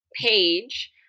page